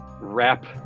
wrap